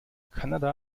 kanada